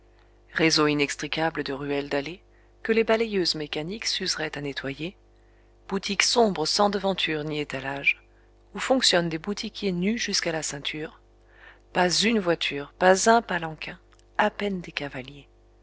réseau inextricable de ruelles dallées que les balayeuses mécaniques s'useraient à nettoyer boutiques sombres sans devantures ni étalages où fonctionnent des boutiquiers nus jusqu'à la ceinture pas une voiture pas un palanquin à peine des cavaliers